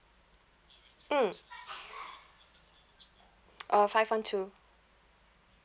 mm uh five one two